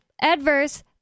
adverse